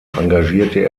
engagierte